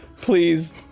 please